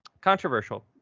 controversial